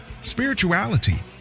spirituality